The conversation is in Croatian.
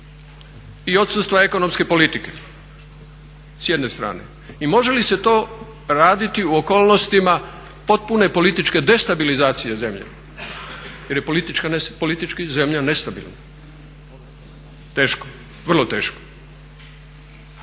i odsustva ekonomske politike s jedne strane? I može li se to raditi u okolnostima potpune političke destabilizacije zemlje jer je politički zemlja nestabilna? Teško, vrlo teško,